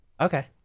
okay